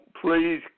please